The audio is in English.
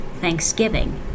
Thanksgiving